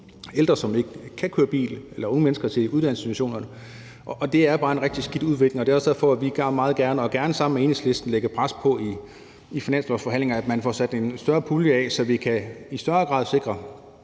ældre, som ikke kan køre bil eller for unge mennesker, der skal til uddannelsesinstitutionerne, og det er bare en rigtig skidt udvikling. Det er også derfor, at vi meget gerne, og gerne sammen med Enhedslisten, vil lægge pres på i finanslovsforhandlingerne for, at man får sat en større pulje af, så vi i større grad kan sikre,